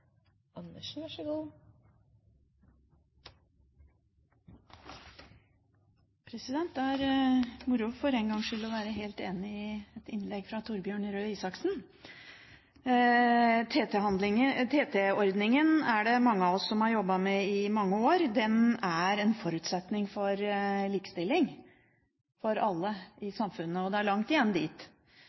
er moro for en gang skyld å være helt enig i et innlegg fra Torbjørn Røe Isaksen. Mange av oss har jobbet med TT-ordningen i mange år. Den er en forutsetning for likestilling for alle i samfunnet, og det er langt igjen dit.